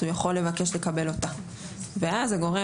הוא יכול לבקש לקבל אותה ואז הגורם